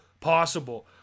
possible